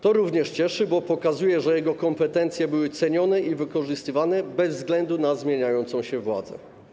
To również cieszy, bo pokazuje, że jego kompetencje były cenione i wykorzystywane bez względu na zmieniającą się władzę.